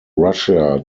russia